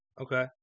Okay